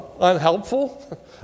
unhelpful